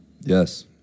Yes